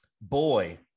boy